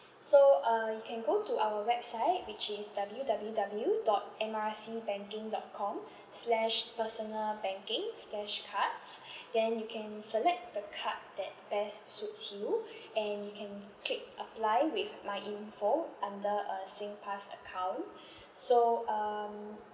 so uh you can go to our website which is W W W dot M R C banking dot com slash personal banking slash cards then you can select the card that best suits you and you can click apply with MyInfo under a SingPass account so um